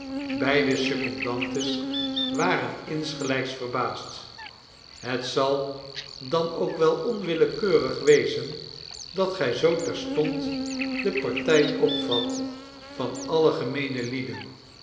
beide secondantes waren insgelijks verbaasd het zal dan ook wel onwillekeurig wezen dat gij zoo terstond de partij opvat van alle gemeene lieden